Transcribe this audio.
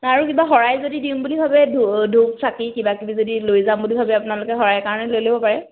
আৰু কিবা শৰাই যদি দিম বুলি ভাবে ধ ধূপ চাকি কিবা কিবি যদি লৈ যাম বুলি ভাবে আপোনালোকে শৰাইৰ কাৰণে লৈ ল'ব পাৰে